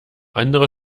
andere